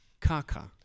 Kaka